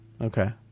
Okay